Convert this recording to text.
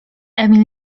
emil